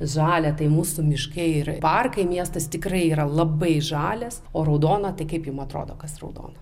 žalia tai mūsų miškai ir parkai miestas tikrai yra labai žalias o raudona tai kaip jum atrodo kas raudona